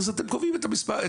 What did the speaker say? אז אתם קובעים את המציאות.